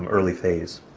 ah early phase.